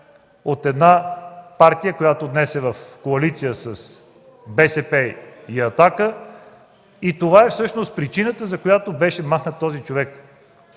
от една партия, която днес е в коалиция с БСП и „Атака”. Това всъщност е причината, поради която беше махнат този човек.